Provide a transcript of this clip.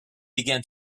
began